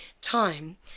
time